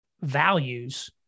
values